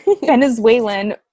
Venezuelan